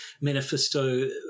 manifesto